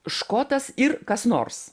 škotas ir kas nors